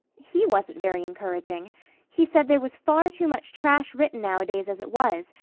he wasn't very encouraging he said there was far too much trash written nowadays as it was,